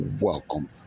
Welcome